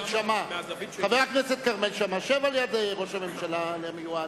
שאמה, שב על-יד ראש הממשלה המיועד.